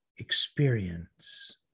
experience